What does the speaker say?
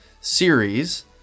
series